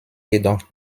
jedoch